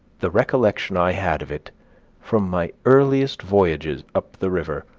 the recollection i had of it from my earliest voyages up the river,